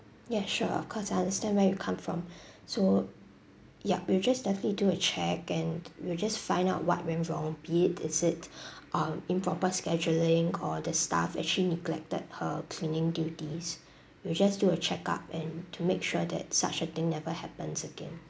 yes sure of course I understand where you come from so ya we'll just definitely do a check and we'll just find out what went wrong be it is it uh improper scheduling or the staff actually neglected her cleaning duties we'll just do a check up and to make sure that such a thing never happens again